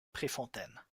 préfontaine